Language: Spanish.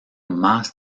más